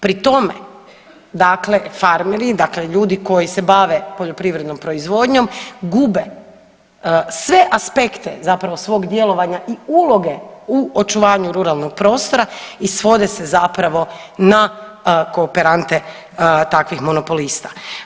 Pri tome, dakle farmeri, dakle ljudi koji se bave poljoprivrednom proizvodnjom gube sve aspekte zapravo svog djelovanja i uloge u očuvanju ruralnog prostora i svode se zapravo na kooperante takvih monopolista.